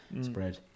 spread